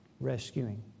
rescuing